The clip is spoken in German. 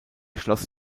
schloss